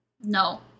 no